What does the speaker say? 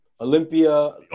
Olympia